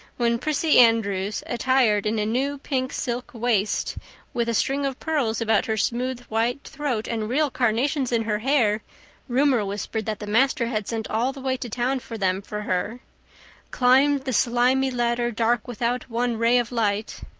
when prissy andrews, attired in a new pink-silk waist with a string of pearls about her smooth white throat and real carnations in her hair rumor whispered that the master had sent all the way to town for them for her climbed the slimy ladder, dark without one ray of light,